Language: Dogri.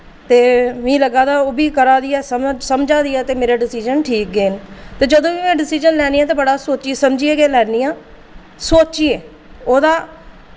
ते मी लग्गा दा ओह् बी करा दी ऐ समझ समझा दी ऐ ते मेरे डिसिजन ठीक गै न ते जदूं बी में डिसिजन लैन्नी आं ते बड़ा सोच्ची समझियै गै लैन्नी आं सोचियै ओह्दा